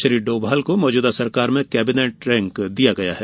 श्री डोभाल को मौजूदा सरकार में कैबिनेट रैंक दिया गया है